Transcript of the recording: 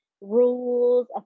rules